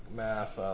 math